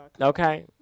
Okay